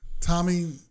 Tommy